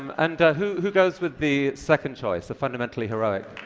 um and who who goes with the second choice, the fundamentally heroic